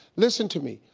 listen to me.